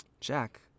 Jack